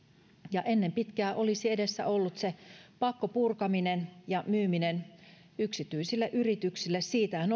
ja ennen pitkää olisi edessä ollut pakkopurkaminen ja myyminen yksityisille yrityksille siitähän